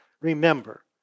remember